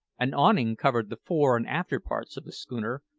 an awning covered the fore and after parts of the schooner,